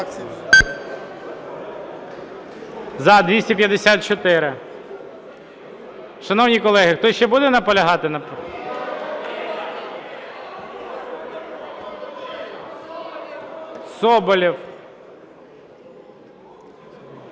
За-254 Шановні колеги! Хтось ще буде наполягати? Соболєв.